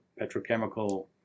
petrochemical